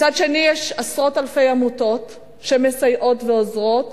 מצד אחר יש עשרות אלפי עמותות שמסייעות ועוזרות,